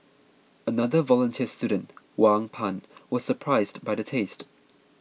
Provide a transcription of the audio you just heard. another volunteer student Wang Pan was surprised by the taste